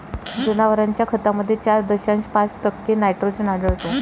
जनावरांच्या खतामध्ये चार दशांश पाच टक्के नायट्रोजन आढळतो